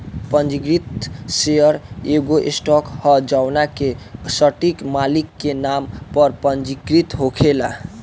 पंजीकृत शेयर एगो स्टॉक ह जवना के सटीक मालिक के नाम पर पंजीकृत होखेला